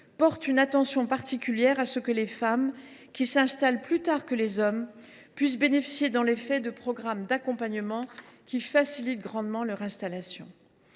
agriculture veille particulièrement à ce que les femmes, qui s’installent plus tard que les hommes, puissent bénéficier dans les faits de programmes d’accompagnement, lesquels facilitent grandement l’installation.